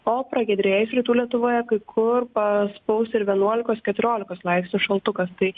o pragiedrėjus rytų lietuvoje kai kur paspaus ir vienuolikos keturiolikos laipsnių šaltukas tai